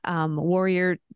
warrior